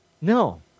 No